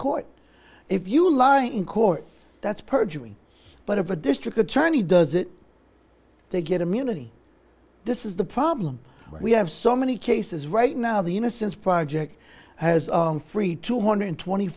court if you lie in court that's perjury but if a district attorney does it they get immunity this is the problem we have so many cases right now the innocence project has freed two hundred twenty